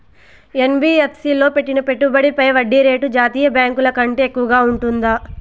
NBFC లో పెట్టిన పెట్టుబడి పై వడ్డీ రేటు జాతీయ బ్యాంకు ల కంటే ఎక్కువగా ఉంటుందా?